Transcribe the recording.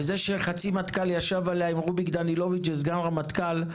זה שחצי מטכ"ל ישב עליה עם רוביק דנילוביץ' וסגן הרמטכ"ל,